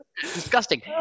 Disgusting